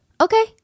Okay